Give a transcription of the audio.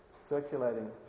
circulating